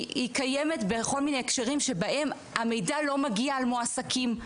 היא קיימת בכל מיני הקשרים שבהם המידע על מועסקים לא מגיע,